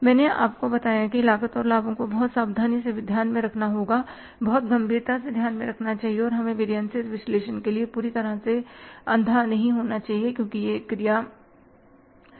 मैंने आपको बताया कि लागत और लाभों को बहुत सावधानी से ध्यान में रखना होगा बहुत गंभीरता से ध्यान में रखना चाहिए और हमें वेरियनसिस विश्लेषण के लिए पूरी तरह से अंधा नहीं होना चाहिए क्योंकि यह किया जाना है